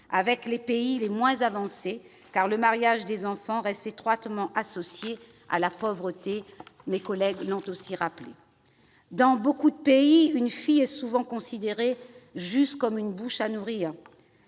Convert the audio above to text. avec les pays les moins avancés, car le mariage des enfants reste étroitement associé à la pauvreté. Dans beaucoup de pays, une fille est souvent considérée seulement comme une bouche à nourrir.